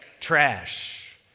trash